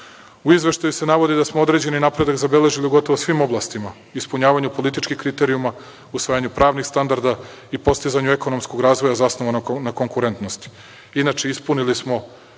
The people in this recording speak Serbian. Izveštaju se navodi da smo određeni napredak zabeležili u gotovo svim oblastima, ispunjavanju političkih kriterijuma, usvajanju pravnih standarda i postizanju ekonomskog razvoja zasnovanog na konkurentnosti. Inače, ispunili smo